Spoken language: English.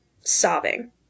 sobbing